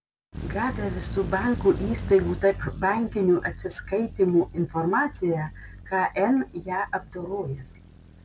gavę visų bankų įstaigų tarpbankinių atsiskaitymų informaciją kn ją apdoroja